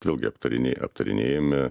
vėlgi aptarinė aptarinėjame